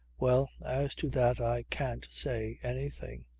well, as to that i can't say anything.